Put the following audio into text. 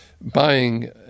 buying